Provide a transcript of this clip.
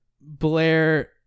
Blair